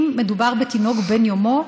אם מדובר בתינוק בן יומו,